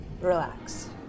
relax